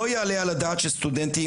לא יעלה על הדעת שסטודנטים,